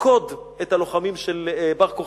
וללכוד את הלוחמים של בר-כוכבא,